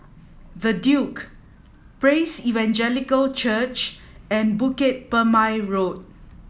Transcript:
the Duke Praise Evangelical Church and Bukit Purmei Road